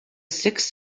six